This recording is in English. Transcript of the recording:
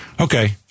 Okay